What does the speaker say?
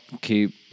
Keep